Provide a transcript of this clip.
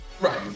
Right